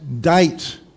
date